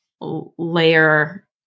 layer